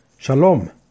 Shalom